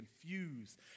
confused